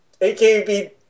AKB